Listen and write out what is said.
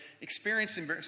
experiencing